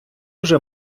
вже